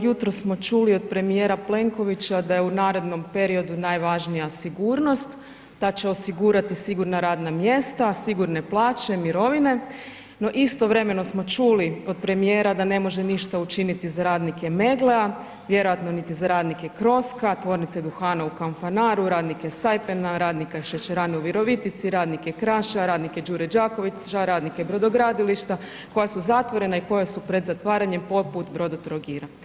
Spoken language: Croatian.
Jutros smo čuli od premijera Plenkovića da je u narednom periodu najvažnija sigurnost, da će osigurati sigurna radna mjesta no istovremeno smo čuli od premijera da ne može ništa učiniti za radnike Megglea, vjerojatno niti za radnike CROSCA, Tvornice duhana u Kanfanaru, radnike SAIPEM-a, radnika šećerane u Virovitici, radnike Kraša, radnike Đure Đakovića, radnike brodogradilišta koja su zatvorena i koja su pred zatvaranjem poput Brodotrogira.